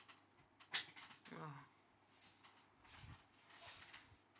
oh